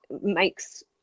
makes